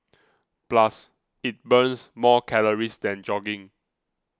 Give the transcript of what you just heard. plus it burns more calories than jogging